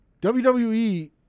WWE